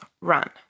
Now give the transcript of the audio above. run